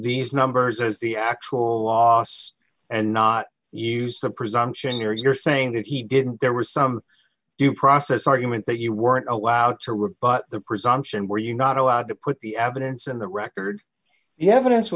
these numbers as the actual loss and not use the presumption you're saying that he didn't there was some due process argument that you weren't allowed to rebut the presumption were you not allowed to put the evidence in the record he evidence